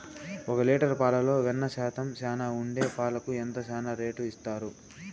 ఒక లీటర్ పాలలో వెన్న శాతం చానా ఉండే పాలకు ఎంత చానా రేటు ఇస్తారు?